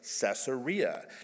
Caesarea